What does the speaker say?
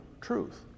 truth